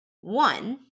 one